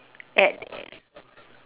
at